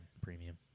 premium